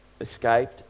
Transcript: escaped